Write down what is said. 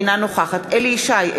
אינה נוכחת אליהו ישי,